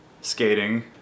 skating